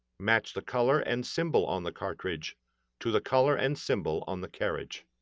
match the color and symbol on the cartridge to the color and symbol on the carriage.